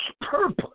purpose